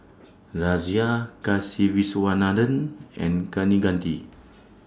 Razia Kasiviswanathan and Kaneganti